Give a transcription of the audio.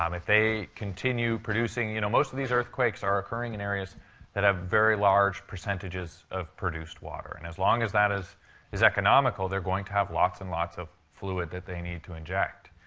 um if they continue producing you know, most of these earthquakes are occurring in areas that have very large percentages of produced water. and as long as that is is economical, they're going to have lots and lots of fluid that they need to inject.